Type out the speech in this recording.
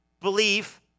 Belief